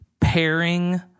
pairing